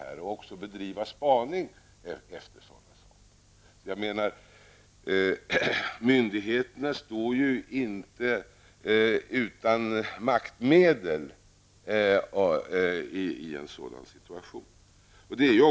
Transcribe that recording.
Man kan även bedriva spaning av denna anledning. Myndigheterna står ju inte utan maktmedel i en sådan situation.